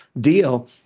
deal